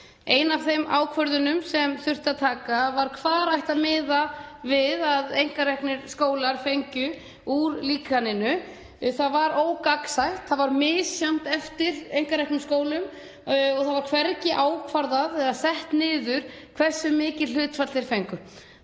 Ein af þeim ákvörðunum sem þurfti að taka var hvar ætti að miða við að einkareknir skólar fengju úr líkaninu. Það var ógagnsætt. Það var misjafnt eftir einkareknum skólum og það var hvergi ákvarðað eða sett niður hversu mikið hlutfall þeir fengju.